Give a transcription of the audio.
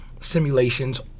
simulations